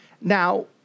Now